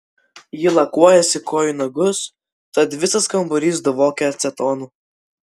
ji lakuojasi kojų nagus tad visas kambarys dvokia acetonu